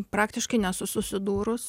praktiškai nesu susidūrus